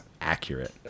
Accurate